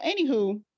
anywho